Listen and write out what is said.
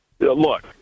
Look